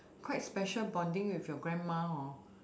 quite special bonding with your grandma hor